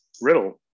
Riddle